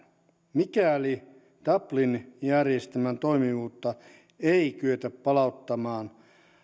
mikäli dublin järjestelmän toimivuutta ei kyetä palauttamaan